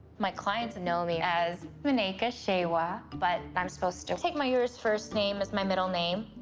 my clients know me as maneka shewa, but i'm supposed to take mayur's first name as my middle name.